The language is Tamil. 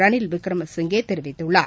ரணில்விக்கிரமசிங்கேதெரிவித்துள்ளார்